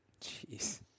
Jeez